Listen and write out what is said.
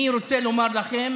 אני רוצה לומר לכם